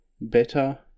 better